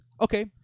okay